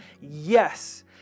Yes